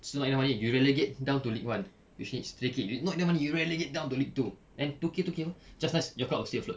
so not enough money you relegate down to league one which needs three K not enough money you relegate down to league two then two K two K [pe] just nice your club will stay afloat